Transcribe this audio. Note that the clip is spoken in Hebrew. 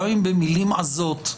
גם אם במילים עזות,